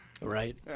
Right